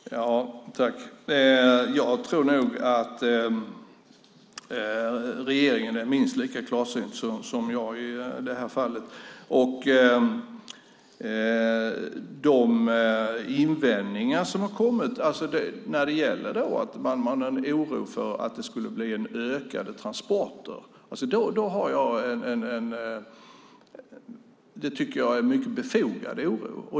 Fru talman! Jag tror nog att regeringen är minst lika klarsynt som jag i det här fallet. De invändningar som har kommit är att man har en oro för att det ska bli ökade transporter. Det tycker jag är en befogad oro.